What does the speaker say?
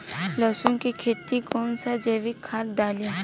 लहसुन के खेत कौन सा जैविक खाद डाली?